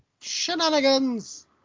Shenanigans